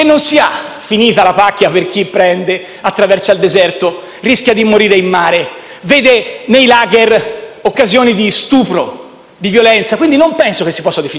finita la pacchia per chi attraversa il deserto, rischia di morire in mare e vede nei *lager* occasioni di stupro e violenza. Non penso si possa definire «pacchia».